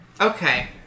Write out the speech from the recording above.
Okay